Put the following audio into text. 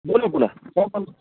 बोला बोला नाही पण